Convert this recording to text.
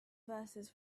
verses